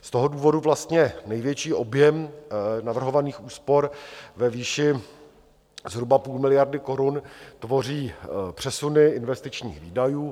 Z toho důvodu vlastně největší objem navrhovaných úspor ve výši zhruba půl miliardy korun tvoří přesuny investičních výdajů.